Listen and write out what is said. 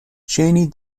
cheney